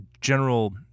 general